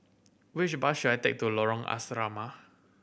which bus should I take to Lorong Asrama